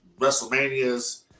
WrestleManias